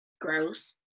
Gross